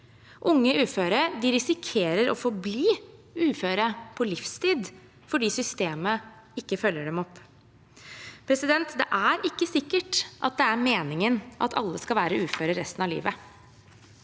Unge uføre risikerer å forbli uføre på livstid fordi systemet ikke følger dem opp. Det er ikke sikkert at det er meningen at alle skal være ufør resten av livet.